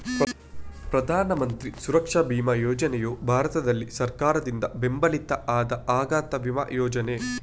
ಪ್ರಧಾನ ಮಂತ್ರಿ ಸುರಕ್ಷಾ ಬಿಮಾ ಯೋಜನೆಯು ಭಾರತದಲ್ಲಿ ಸರ್ಕಾರದಿಂದ ಬೆಂಬಲಿತ ಆದ ಅಪಘಾತ ವಿಮಾ ಯೋಜನೆ